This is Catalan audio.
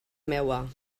meua